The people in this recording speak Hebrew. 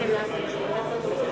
ההצבעה הבאה